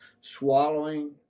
swallowing